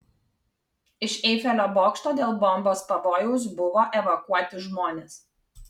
iš eifelio bokšto dėl bombos pavojaus buvo evakuoti žmonės